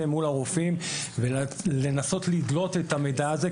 מול הרופאים ולנסות לדלות את המידע הזה,